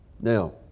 Now